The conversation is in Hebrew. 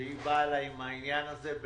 שהיא באה אלי עם העניין הזה,